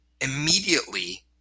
immediately